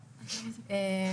כן.